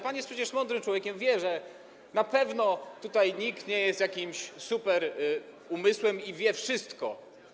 Pan jest przecież mądrym człowiekiem, wie, że na pewno nikt tutaj nie jest jakimś superumysłem i wie wszystko.